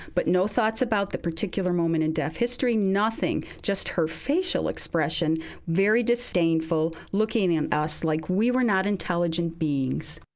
but no thoughts about the particular moment in deaf history, nothing. just her facial expression very disdainful, looking at us like we were not intelligent beings.